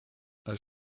als